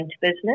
business